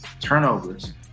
Turnovers